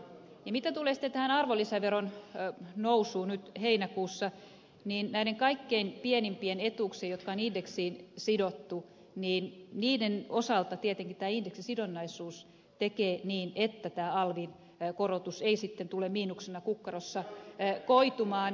mitä sitten tulee arvonlisäveron nousuun nyt heinäkuussa näiden kaikkein pienimpien etuuksien jotka on indeksiin sidottu osalta tietenkin indeksisidonnaisuus tekee niin että alvin korotus ei sitten tule miinuksena kukkarossa koitumaan